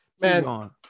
Man